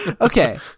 Okay